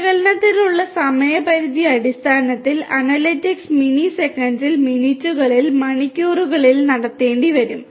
വിശകലനത്തിനുള്ള സമയപരിധിയുടെ അടിസ്ഥാനത്തിൽ analytics mini സെക്കൻഡിൽ മിനിറ്റുകളിൽ മണിക്കൂറുകളിൽ നടത്തേണ്ടിവരും